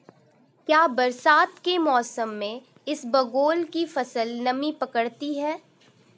क्या बरसात के मौसम में इसबगोल की फसल नमी पकड़ती है?